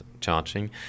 charging